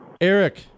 Eric